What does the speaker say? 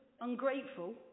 ungrateful